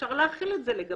אפשר להחיל את זה לגביו,